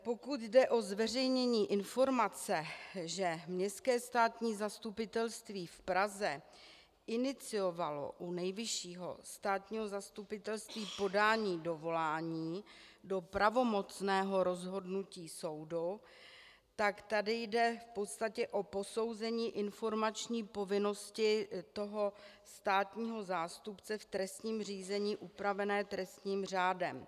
Pokud jde o zveřejnění informace, že Městské státní zastupitelství v Praze iniciovalo u Nejvyššího státního zastupitelství podání dovolání do pravomocného rozhodnutí soudu, tak tady jde v podstatě o posouzení informační povinnosti toho státního zástupce v trestním řízení upravené trestním řádem.